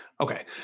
Okay